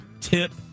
tip